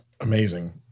amazing